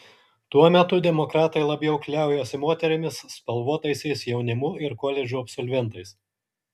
tuo metu demokratai labiau kliaujasi moterimis spalvotaisiais jaunimu ir koledžų absolventais